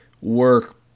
work